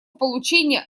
получение